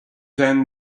then